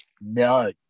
No